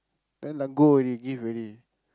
then like go and give already